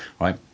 Right